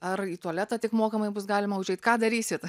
ar į tualetą tik mokamai bus galima užeit ką darysit